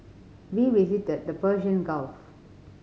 we visited the Gulf